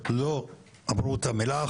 לא כחלק מהוועדה.